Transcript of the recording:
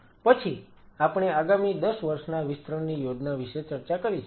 પછી આપણે આગામી 10 વર્ષના વિસ્તરણની યોજના વિશે ચર્ચા કરી છે